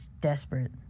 desperate